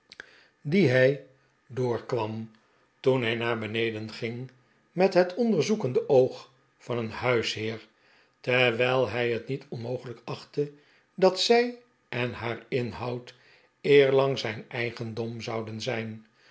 die hij doorkwam toen hij naar beneden ging met het onderzoekende oog van een huisheer terwijl hij het niet onmogelijk achtte dat zij en haar inhoud eerlang zijn eigendom zouden zijn